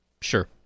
Sure